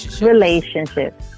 Relationship